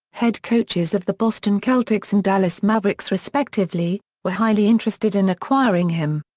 head coaches of the boston celtics and dallas mavericks respectively, were highly interested in acquiring him.